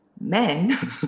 men